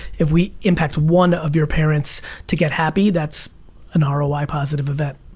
if we impact one of your parents to get happy, that's a narrow or wide positive of that.